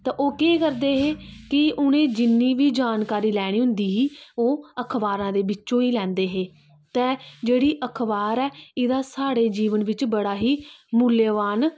ते ओह् केह् करदे हे कि उ'नें जिन्नी बी जानकारी लैनी होंदी ही ओह् अखबारां दे बिच्चों गै लैंदे हे ते जेह्ड़ी अखबार ऐ एह्दा साढ़े जीवन बिच्च बड़ा ही मुल्यवान